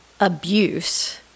abuse